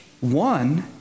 one